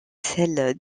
celle